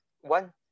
one